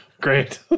great